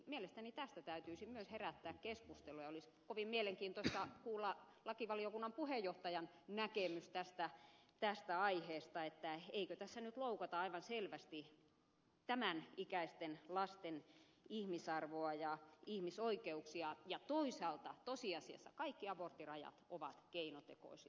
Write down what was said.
mielestäni tästä täytyisi myös herättää keskustelua ja olisi kovin mielenkiintoista kuulla lakivaliokunnan puheenjohtajan näkemys tästä aiheesta eikö tässä nyt loukata aivan selvästi tämän ikäisten lasten ihmisarvoa ja ihmisoikeuksia ja toisaalta tosiasiassa kaikki aborttirajat ovat keinotekoisia